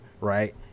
right